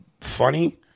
funny